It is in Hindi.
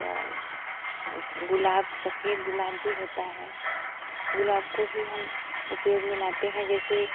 और गुलाब सफ़ेद गुलाब भी होता है गुलाब को भी हम उपयोग मे लाते हैं जैसे